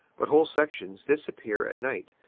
but whole sections disappear at night,